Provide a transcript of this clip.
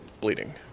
bleeding